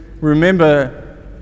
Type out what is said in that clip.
remember